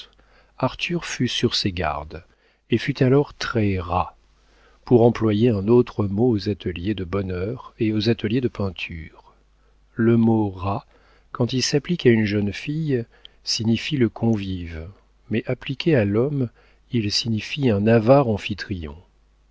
arthur fut sur ses gardes et fut alors très rat pour employer un autre mot aux ateliers de bonheur et aux ateliers de peinture le mot rat quand il s'applique à une jeune fille signifie le convive mais appliqué à l'homme il signifie un avare